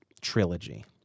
trilogy